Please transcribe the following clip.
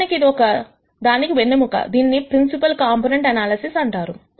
నిజానికి ఇది ఒక దానికి వెన్నెముక దీనిని ప్రిన్సిపాల్ కాంపొనెంట్ ఎనాలసిస్ అని అంటారు